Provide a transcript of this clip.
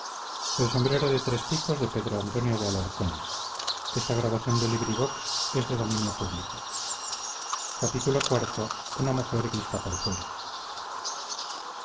su sombrero de tres picos y por